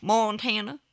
Montana